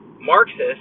Marxists